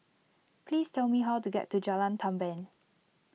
please tell me how to get to Jalan Tamban